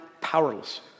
powerless